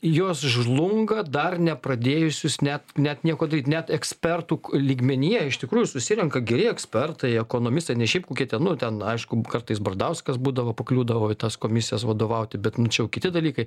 jos žlunga dar nepradėjusius net net nieko daryt net ekspertų lygmenyje iš tikrųjų susirenka geri ekspertai ekonomistai ne šiaip kokie ten nu ten aišku kartais bradauskas būdavo pakliūdavo į tas komisijas vadovauti bet nu čia jau kiti dalykai